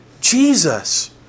Jesus